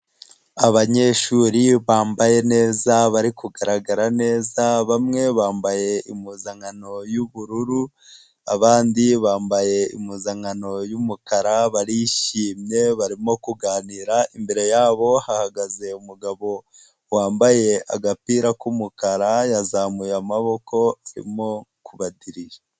Abanyeshuri bambaye neza bari kugaragara neza, bamwe bambaye impuzankano y'ubururu abandi bambaye impuzankano y'umukara barishimye barimo kuganira, imbere yabo hahagaze umugabo wambaye agapira k'umukara yazamuye amaboko arimo kubadirija.